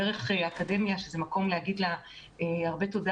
דרך האקדמיה שזה מקום להגיד לה הרבה תודה